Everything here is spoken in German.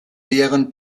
deren